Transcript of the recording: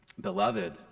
Beloved